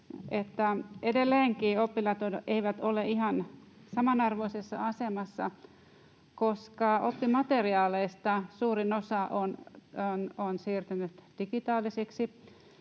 edelleenkään oppilaat eivät ole ihan samanarvoisessa asemassa, koska oppimateriaaleista suurin osa on siirtynyt digitaalisiksi,